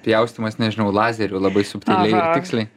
pjaustymas nežinau lazeriu labai subtiliai ir tiksliai